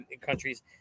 countries